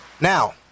Now